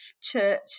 church